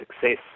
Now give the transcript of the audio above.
success